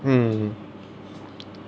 mm